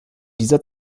dieser